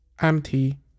empty